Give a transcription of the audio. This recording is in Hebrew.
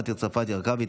מטי צרפתי הרכבי,